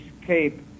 escape